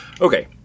Okay